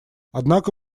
однако